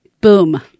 boom